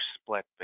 split